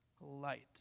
light